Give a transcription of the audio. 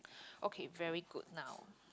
okay very good now